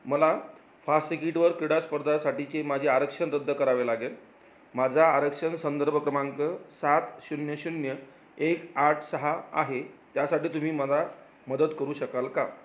मला फास्टतिकिटवर क्रीडा स्पर्धासाठीचे माझे आरक्षण रद्द करावे लागेल माझा आरक्षण संदर्भ क्रमांक सात शून्य शून्य एक आठ सहा आहे त्यासाठी तुम्ही मला मदत करू शकाल का